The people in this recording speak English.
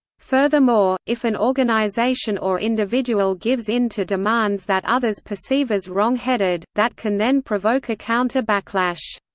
furthermore, if an organization or individual gives in to demands that others perceive as wrong-headed, that can then provoke a counter-backlash.